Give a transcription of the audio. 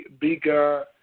Bigger